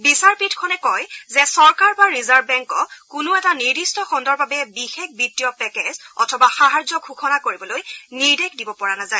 বিচাৰপীঠখনে কয় যে চৰকাৰ বা ৰিজাৰ্ভ বেংকক কোনো এটা নিৰ্দিষ্ট খণ্ডৰ বাবে বিশেষ বিত্তীয় পেকেজ অথবা সাহায্য ঘোষণা কৰিবলৈ নিৰ্দেশ দিব পৰা নাযায়